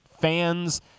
fans